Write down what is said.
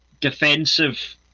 defensive